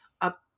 up